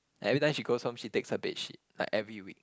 and every time she goes home she takes her bed sheet like every week